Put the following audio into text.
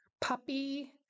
puppy